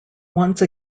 once